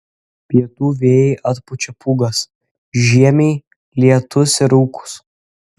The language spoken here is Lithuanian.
pietų vėjai atpučia pūgas žiemiai lietus ir rūkus